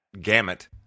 gamut